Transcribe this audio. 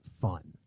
fun